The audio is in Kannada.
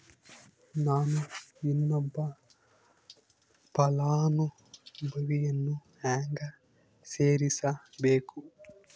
ನಾನು ಇನ್ನೊಬ್ಬ ಫಲಾನುಭವಿಯನ್ನು ಹೆಂಗ ಸೇರಿಸಬೇಕು?